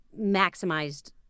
maximized